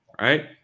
right